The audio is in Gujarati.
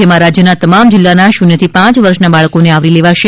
જેમાં રાજ્યના તમામ જિલ્લા ના શુન્ય થી પાંચ વર્ષ ના બાળકો ને આવરી લેવાશે